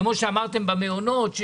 כמו שאמרתם במעונות,